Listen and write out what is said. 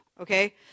Okay